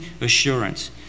assurance